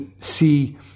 see